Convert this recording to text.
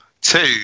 Two